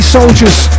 Soldiers